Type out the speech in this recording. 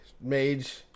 Mage